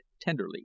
tenderly